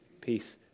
Peace